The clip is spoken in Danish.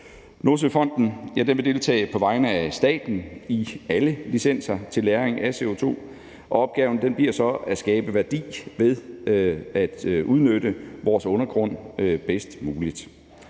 Nordsøfonden vil deltage på vegne af staten i alle licenser til lagring af CO2, og opgaven bliver så at skabe værdi ved at udnytte vores undergrund bedst muligt.